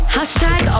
Hashtag